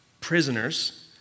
prisoners